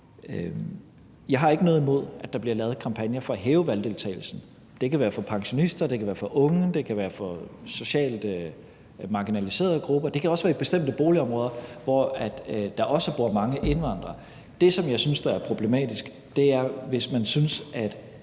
Jeg har ikke noget mod, at der bliver lavet kampagner for at hæve valgdeltagelsen – det kan være for pensionister, det kan være for unge, det kan være for socialt marginaliserede grupper, det kan også være i bestemte boligområder, hvor der også bor mange indvandrere. Det, som jeg synes er problematisk, er, hvis man synes, at